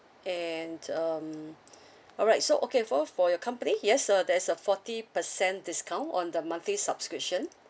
and um all right so okay for for your company yes uh there is a forty percent discount on the monthly subscription